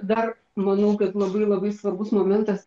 dar manau kad labai labai svarbus momentas